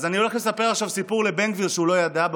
אני הולך לספר עכשיו סיפור לבן גביר שהוא לא הכיר אותו.